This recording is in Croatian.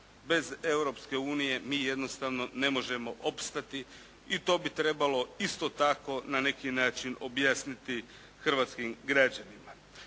unije mi jednostavno ne možemo opstati i to bi trebalo isto tako na neki način objasniti hrvatskim građanima.